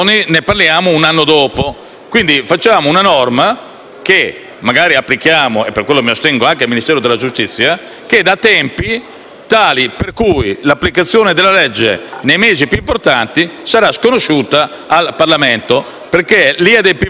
tali per i quali l'applicazione della legge nei mesi più importanti sarà sconosciuta al Parlamento. Gli adempimenti del Ministero della salute e gli adempimenti delle Regioni, infatti, vengono proiettati in un tempo incredibilmente lontano. Si poteva rimediare.